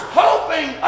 hoping